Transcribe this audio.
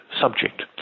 subject